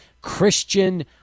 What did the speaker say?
Christian